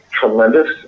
tremendous